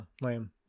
lame